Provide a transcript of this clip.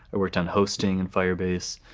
i worked on hosting in firebase.